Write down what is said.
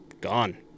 gone